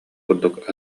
курдук